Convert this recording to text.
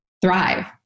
thrive